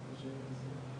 יש הרבה